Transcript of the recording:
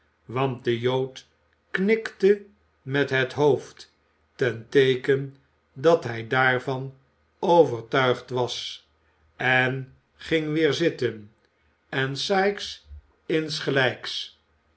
want de jood knikte met het hoofd ten teeken dat hij daarvan overtuigd was en ging weer zitten en sikes insgelijks